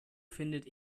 findet